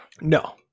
No